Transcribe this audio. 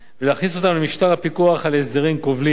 ולהכניס אותם למשטר הפיקוח על הסדרים כובלים,